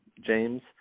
James